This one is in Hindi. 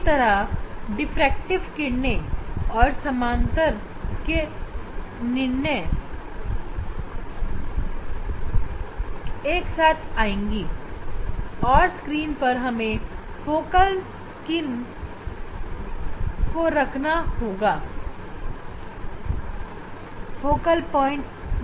इस प्रकार से समानांतर डिफ्रैक्टिव किरणें एक साथ आएँगी और इन समानांतर किरणों से सीमित दूरी पर छवि बनाने के लिए हमें फिर से कॉन्वेक्स लेंस का इस्तेमाल करना पड़ेगा